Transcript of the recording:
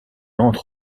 entre